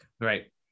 Right